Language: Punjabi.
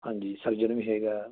ਹਾਂਜੀ ਸਰਜਨ ਵੀ ਹੈਗਾ